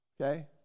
okay